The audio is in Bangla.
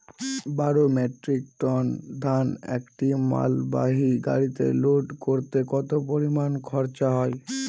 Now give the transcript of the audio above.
বারো মেট্রিক টন ধান একটি মালবাহী গাড়িতে লোড করতে কতো পরিমাণ খরচা হয়?